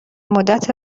مدت